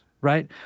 right